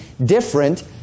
different